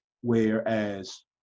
whereas